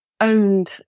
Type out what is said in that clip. owned